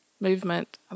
movement